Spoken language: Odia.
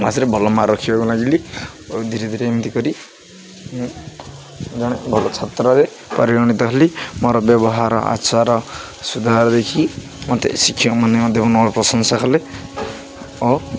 କ୍ଲାସ୍ରେ ଭଲ ମାର୍କ ରଖିବାକୁ ଲାଗିଲି ଓ ଧୀରେ ଧୀରେ ଏମିତି କରି ମୁଁ ଜଣେ ଭଲ ଛାତ୍ରରେ ପରିଗଣିତ ହେଲି ମୋର ବ୍ୟବହାର ଆଚାର ସୁଧାର ଦେଖି ମୋତେ ଶିକ୍ଷକମାନେ ମଧ୍ୟ ମୋର ପ୍ରଶଂସା କଲେ ଓ